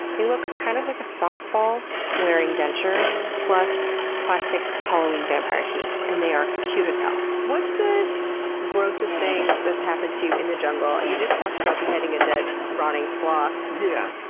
they look kind of like a softball wearing dentures, plus plastic halloween vampire teeth and they are cute as hell. what's the grossest thing that's happened to you in the jungle? you just talked about beheading a dead, rotting sloth, yeah